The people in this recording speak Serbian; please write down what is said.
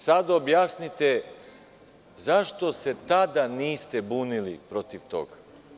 Sada objasnite zašto se tada niste bunili protiv toga.